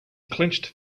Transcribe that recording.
clenched